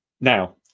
Now